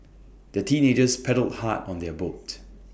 the teenagers paddled hard on their boat